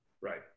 Right